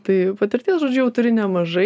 tai patirties žodžiu jau turi nemažai